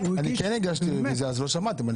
אין לנו הצעות לסדר.